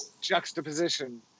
juxtaposition